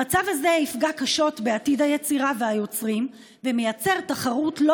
המצב הזה יפגע קשות בעתיד היצירה והיוצרים וייצר תחרות לא